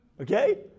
Okay